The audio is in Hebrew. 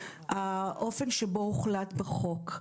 האופן שבו הוחלט בחוק.